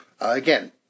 Again